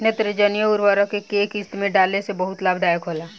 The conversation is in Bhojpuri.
नेत्रजनीय उर्वरक के केय किस्त में डाले से बहुत लाभदायक होला?